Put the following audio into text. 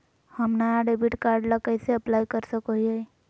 हम नया debit card ला कइसे अप्लाई कर सको हियै?